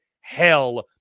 hell